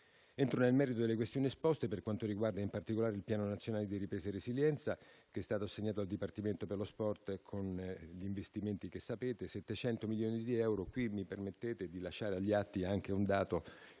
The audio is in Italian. Entro nel merito delle questioni esposte per quanto riguarda in particolare il Piano nazionale di ripresa e resilienza, che è stato assegnato al Dipartimento per lo sport con gli investimenti che sapete: 700 milioni di euro - permettetemi di lasciare agli atti anche un dato